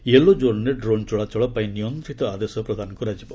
yellow ଜୋନ୍ରେ drone ଚଳାଚଳ ପାଇଁ ନିୟନ୍ତ୍ରିତ ଆଦେଶ ପ୍ରଦାନ କରାଯିବ